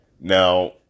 Now